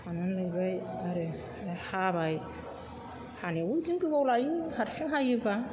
खानानै लायबाय आरो हाबाय हानायावबो बिदिनो गोबाव लायो हारसिं हायोब्ला